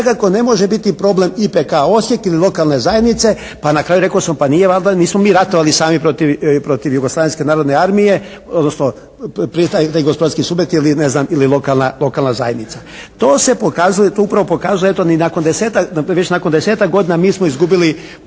ne može biti problem IPK Osijek ili lokalne zajednice. Pa na kraju rekao sam pa nismo mi ratovali sami protiv Jugoslavenske narodne armije odnosno to je prije taj gospodarski subjekt ili lokalna zajednica. To se pokazuje, to upravo pokazuje eto ni nakon desetak, već nakon desetak godina mi smo izgubili